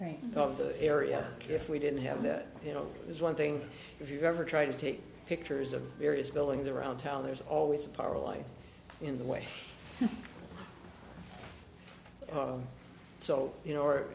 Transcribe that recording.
right of the area if we didn't have that you know there's one thing if you've ever tried to take pictures of various buildings around town there's always a power line in the way so you know or